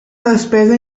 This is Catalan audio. despesa